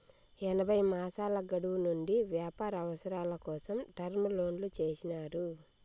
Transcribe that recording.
ఎనభై మాసాల గడువు నుండి వ్యాపార అవసరాల కోసం టర్మ్ లోన్లు చేసినారు